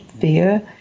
fear